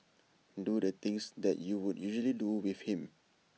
do the things that you would usually do with him